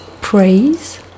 praise